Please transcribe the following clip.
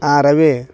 Ravi